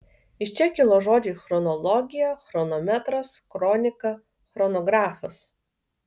iš čia kilo žodžiai chronologija chronometras kronika chronografas